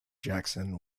jackson